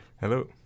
Hello